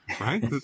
right